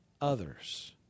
others